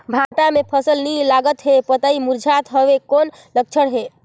भांटा मे फल नी लागत हे पतई मुरझात हवय कौन लक्षण हे?